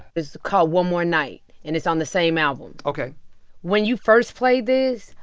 it's called one more night, and it's on the same album ok when you first played this,